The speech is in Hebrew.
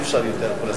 אי-אפשר יותר כל הזמן.